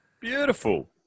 beautiful